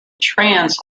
trans